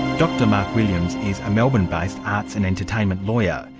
dr mark williams is a melbourne-based arts and entertainment lawyer.